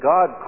God